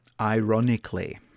ironically